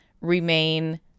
remain